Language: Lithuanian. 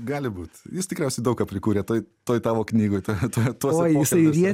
gali būt jis tikriausiai daug ką prikūrė toj toj tavo knygoj tuo tuo tuose pokalbiuose